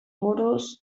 buruz